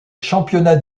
championnats